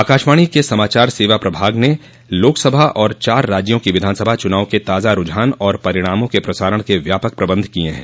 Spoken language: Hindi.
आकाशवाणी के समाचार सेवा प्रभाग ने लोकसभा और चार राज्यों की विधानसभा चुनाव के ताजा रूझान और परिणामों के प्रसारण के व्यापक प्रबंध किए हैं